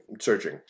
searching